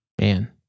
Man